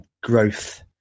Growth